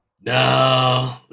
No